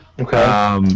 Okay